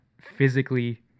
physically